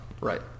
right